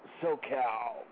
SoCal